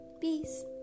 Peace